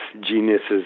geniuses